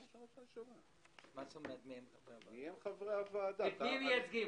את מי הם מייצגים?